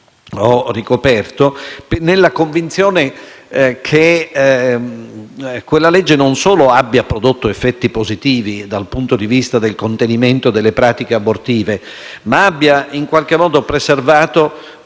ho ricoperto, nella convinzione che essa non solo abbia prodotto effetti positivi dal punto di vista del contenimento delle pratiche abortive, ma abbia anche in qualche modo preservato